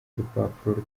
urupapuro